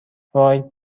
وای